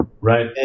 Right